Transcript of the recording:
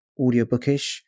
Audiobookish